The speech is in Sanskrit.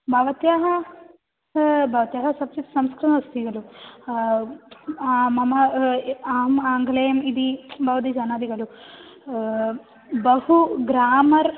भवत्याः भवत्याः सब्जेक्ट्स् संस्कृतमस्ति खलु मम आम् आङ्ग्लम् इति भवती जानाति खलु बहु ग्रामर्